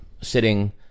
sitting